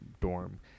dorm